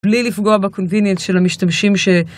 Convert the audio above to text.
בלי לפגוע ב convenience של המשתמשים ש...